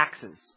taxes